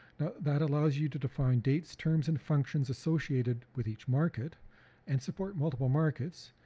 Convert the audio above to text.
now that allows you to define dates, terms, and functions associated with each market and support multiple markets,